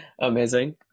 amazing